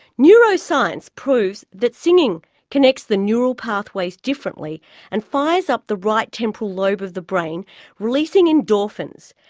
neuroscience proves that singing connects the neural pathways differently and fires up the right temporal lobe of the brain releasing endorphins,